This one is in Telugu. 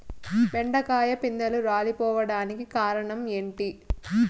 బెండకాయ పిందెలు రాలిపోవడానికి కారణం ఏంటి?